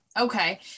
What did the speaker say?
Okay